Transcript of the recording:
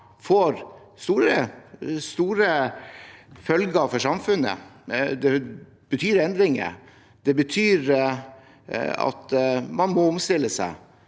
får store følger for samfunnet. Det betyr endringer, det betyr at man må omstille seg,